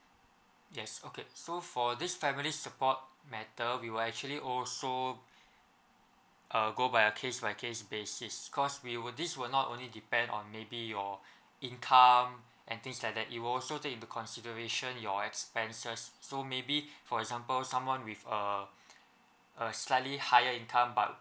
yes okay so for this family support matter we will actually also err go by a case by case basis cause we would this will not only depend on maybe your income and things like that it will also take into consideration your expenses so maybe for example someone with uh a slightly higher income but